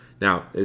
Now